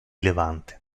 levante